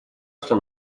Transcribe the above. что